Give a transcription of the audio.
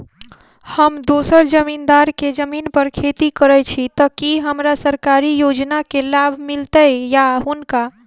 हम दोसर जमींदार केँ जमीन पर खेती करै छी तऽ की हमरा सरकारी योजना केँ लाभ मीलतय या हुनका?